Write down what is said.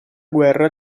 guerra